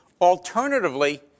Alternatively